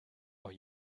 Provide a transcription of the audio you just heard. are